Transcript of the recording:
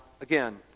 again